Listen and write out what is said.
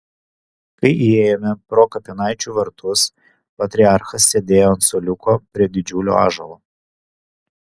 kai įėjome pro kapinaičių vartus patriarchas sėdėjo ant suoliuko prie didžiulio ąžuolo